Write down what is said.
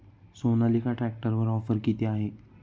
सोनालिका ट्रॅक्टरवर ऑफर किती आहे?